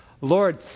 Lord